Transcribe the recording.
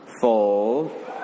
Fold